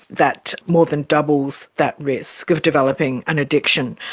that more than doubles that risk of developing an addiction.